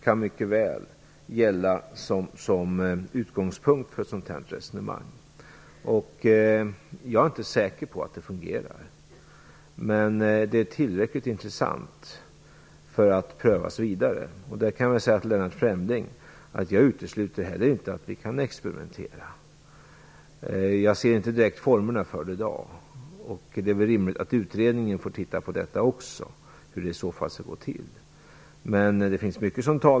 kan mycket väl gälla som utgångspunkt för ett sådant resonemang. Jag är inte säker på att det fungerar, men det är tillräckligt intressant för att prövas vidare. Till Lennart Fremling vill jag säga att jag inte utesluter att vi kan experimentera. Jag kan inte i dag se formerna för det. Det är rimligt att utredningen får titta på hur det i så fall skall gå till.